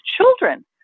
children